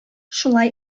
шулай